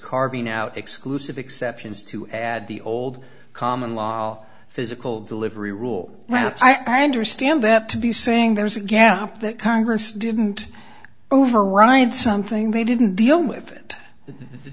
carving out exclusive exceptions to add the old common law physical delivery rule well i understand that to be saying there is a gap that congress didn't override something they didn't deal with